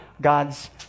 God's